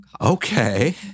Okay